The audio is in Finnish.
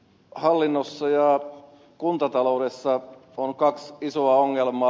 hallinnossa ja kuntataloudessa on kaksi isoa ongelmaa